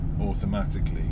automatically